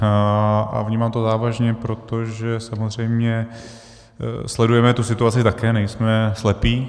A vnímám to závažně, protože samozřejmě sledujeme tu situaci také, nejsme slepí.